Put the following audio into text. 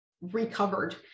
recovered